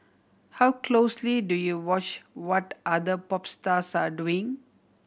how closely do you watch what other pop stars are doing